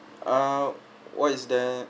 err why is there